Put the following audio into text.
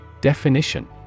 Definition